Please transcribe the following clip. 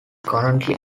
currently